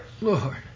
Lord